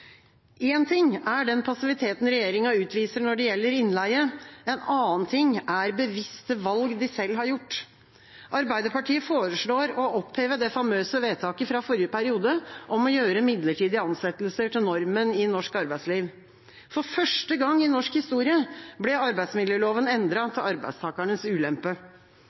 en av de aller, aller tydeligste skillelinjene i norsk politikk. Én ting er den passiviteten regjeringa utviser når det gjelder innleie, en annen ting er bevisste valg de selv har gjort. Arbeiderpartiet foreslår å oppheve det famøse vedtaket fra forrige periode om å gjøre midlertidige ansettelser til normen i norsk arbeidsliv. For første gang i norsk historie ble arbeidsmiljøloven endret til arbeidstakernes ulempe.